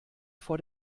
vor